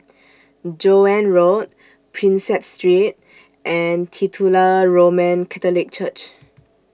Joan Road Prinsep Street and Titular Roman Catholic Church